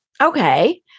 okay